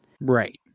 Right